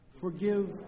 Forgive